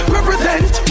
Represent